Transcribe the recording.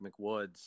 McWoods